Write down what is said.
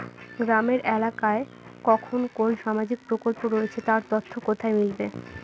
গ্রামের এলাকায় কখন কোন সামাজিক প্রকল্প রয়েছে তার তথ্য কোথায় মিলবে?